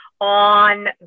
on